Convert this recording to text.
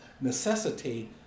necessitate